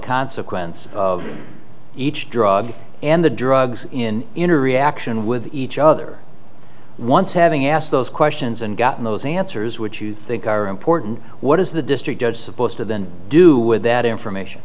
consequence of each drug and the drugs in interaction with each other once having asked those questions and gotten those answers which you think are important what is the district judge supposed to then do with that information